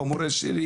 במורשת שלי